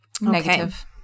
Negative